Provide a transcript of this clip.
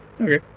Okay